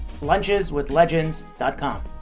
luncheswithlegends.com